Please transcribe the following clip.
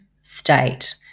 state